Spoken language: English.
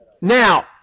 Now